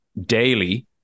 daily